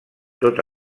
tot